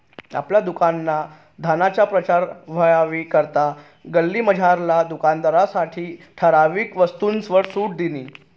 आपला दुकानना धंदाना प्रचार व्हवानी करता गल्लीमझारला दुकानदारनी ठराविक वस्तूसवर सुट दिनी